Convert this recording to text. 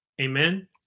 Amen